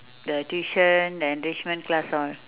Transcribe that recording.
the tuition the enrichment class all